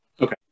Okay